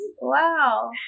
Wow